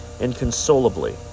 inconsolably